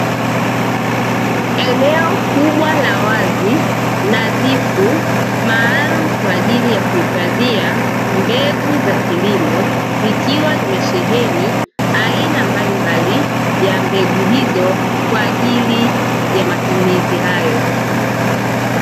Eneo kubwa la wazi nadhifu maalumu kwa ajili ya kuhifadhia mbegu za kilimo, ikiwa limesheheni aina mbalimbali ya mbegu hizo kwa ajili ya matumizi hayo.